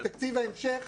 מתקציב ההמשך,